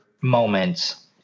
moments